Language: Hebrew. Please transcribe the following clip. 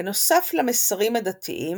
בנוסף למסרים הדתיים,